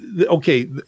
okay